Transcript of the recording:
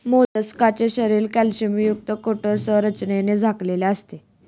मोलस्काचे शरीर कॅल्शियमयुक्त कठोर संरचनेने झाकलेले असते